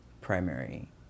primary